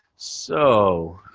so